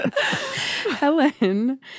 Helen